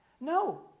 No